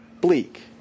bleak